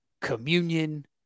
communion